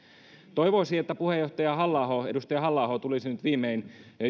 toivoisi että puheenjohtaja halla aho edustaja halla aho tulisi nyt viimein